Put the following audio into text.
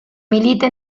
milita